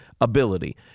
ability